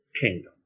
kingdom